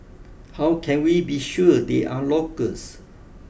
how can we be sure they are locals